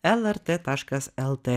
lrt taškas lt